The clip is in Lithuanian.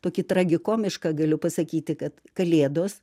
tokį tragikomišką galiu pasakyti kad kalėdos